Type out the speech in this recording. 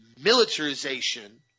militarization